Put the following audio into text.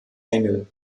engel